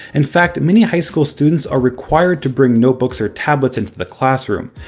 in fact, many high school students are required to bring notebooks or tablets into the classroom.